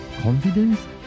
confidence